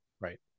Right